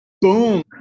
boom